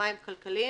במים הכלכליים,